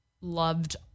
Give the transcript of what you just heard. loved